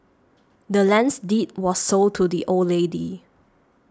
the land's deed was sold to the old lady